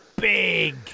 big